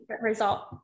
result